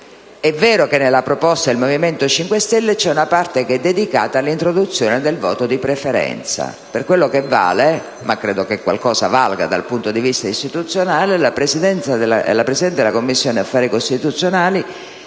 È vero che nella proposta del Movimento 5 Stelle c'è una parte dedicata all'introduzione del voto di preferenza. Per quello che vale (ma credo che qualcosa valga dal punto di vista istituzionale), la Presidente della Commissione affari costituzionali